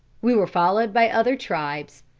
we were followed by other tribes.